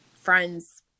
friends